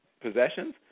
possessions